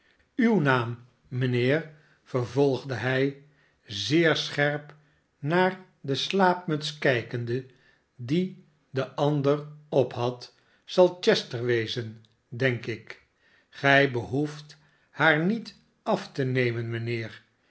uw naam mijnheer vervolgde hij zeer scherp naar de slaapmuts kijkende die de ander op had zal chester wezen denk ik gij behoeft haar niet af te nemen mijnheer